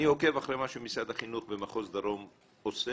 אני עוקב אחרי מה שמשרד החינוך ומחוז דרום עושה.